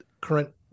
current